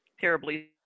terribly